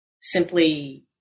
simply